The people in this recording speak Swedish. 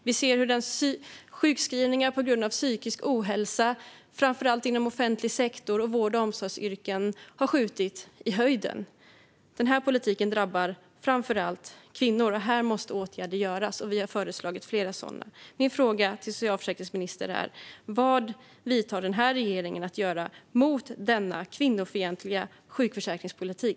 Vi ser hur sjukskrivningar på grund av psykisk ohälsa, framför allt inom offentlig sektor och vård och omsorgsyrken, har skjutit i höjden. Denna politik drabbar framför allt kvinnor. Här måste åtgärder vidtas, och vi har föreslagit flera sådana. Vad avser regeringen att göra åt dagens kvinnofientliga sjukförsäkringspolitik?